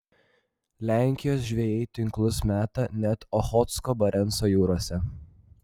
lenkijos žvejai tinklus meta net ochotsko barenco jūrose